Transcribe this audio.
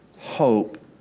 hope